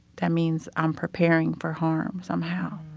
that means i'm preparing for harm somehow.